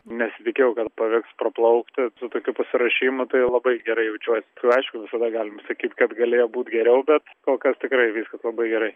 nesitikėjau kad paviks praplaukti su tokiu pasiruošimu tai labai gerai jaučiuosi aišku visada galim sakyt kad galėjo būt geriau bet kol kas tikrai viskas labai gerai